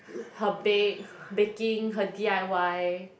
her bake baking her d_i_y